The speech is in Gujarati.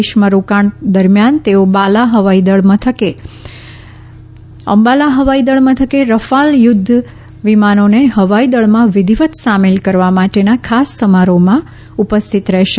દેશમાં રોકાણ દરમિયાન તેઓ બાલા હવાઇ દળ મથકે રફાલ યુધ્ધ વિમાનોને હવાઇ દળમાં વિધિવત સામેલ કરવા માટેના ખાસ સમારોહમાં ઉપસ્થિત રહેશે